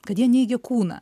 kad jie neigia kūną